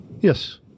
Yes